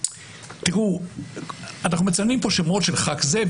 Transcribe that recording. אנחנו מציינים פה שמות של חבר כנסת זה,